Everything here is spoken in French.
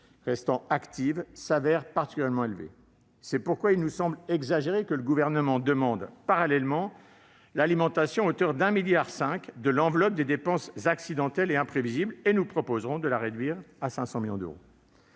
restant actives se révèlent particulièrement élevés. C'est pourquoi il nous semble exagéré que le Gouvernement demande parallèlement l'alimentation à hauteur de 1,5 milliard d'euros de l'enveloppe des « dépenses accidentelles et imprévisibles ». Nous proposerons de la réduire à 500 millions d'euros.